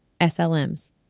SLMs